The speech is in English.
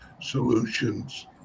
Solutions